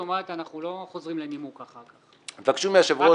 אנחנו לא חוזרים לנימוק אחר כך, רק הצבעה.